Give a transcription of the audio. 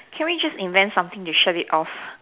can we just invent something to shut it off